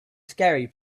scary